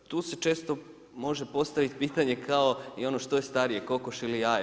Tu se često može postaviti pitanje kao i ono što je starije kokoš ili jaje?